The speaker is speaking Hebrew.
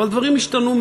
אבל דברים השתנו מאז.